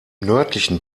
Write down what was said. nördlichen